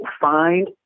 find